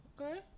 Okay